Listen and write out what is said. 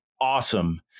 awesome